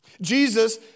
Jesus